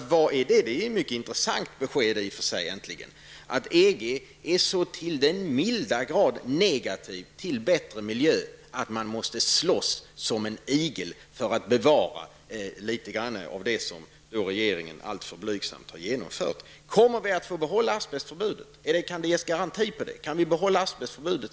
Det är i och för sig ett mycket intressant besked äntligen, att EG är så till den milda grad negativ till bättre miljö att man måste slåss som en igel för att bevara litet grand av det alltför blygsamma som regeringen har genomfört. Kan det ges garanti på att vi stensäkert får behålla asbestförbudet?